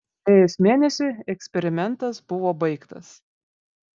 praėjus mėnesiui eksperimentas buvo baigtas